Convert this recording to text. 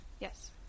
Yes